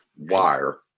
wire